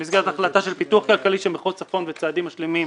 במסגרת החלטה של פיתוח כלכלי של מחוז צפון וצעדים משלימים